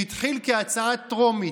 שהתחיל כהצעה טרומית,